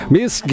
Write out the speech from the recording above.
Miss